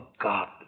God